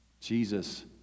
Jesus